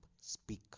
speak